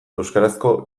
euskarazko